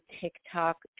TikTok